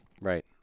Right